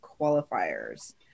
qualifiers